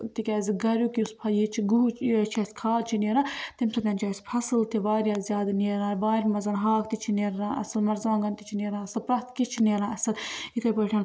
تہٕ تِکیٛازِ گھریٛک یُس ف یہِ چھُ گُہٕچ یہِ چھِ اسہِ کھاد چھِ نیران تَمہِ سۭتۍ چھُ اسہِ فصٕل تہِ واریاہ زیادٕ نیران وارِ منٛز ہاکھ تہِ چھُ نیران اصٕل مَرژٕوانٛگن تہِ چھِ نیران اصٕل پرٛیٚتھ کیٚنٛہہ چھُ نیران اصٕل یِتھٔے پٲٹھۍ